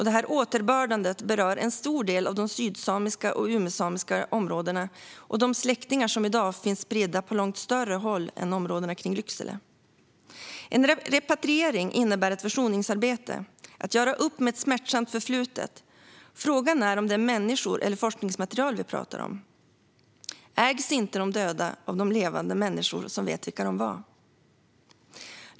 Detta återbördande berör en stor del av de sydsamiska och umesamiska områdena och de släktingar som i dag finns spridda på långt större håll än områdena kring Lycksele. En repatriering innebär ett försoningsarbete, att göra upp med ett smärtsamt förflutet. Frågan är om det är människor eller forskningsmaterial som vi talar om. Ägs inte de döda av de levande människor som vet vilka de var?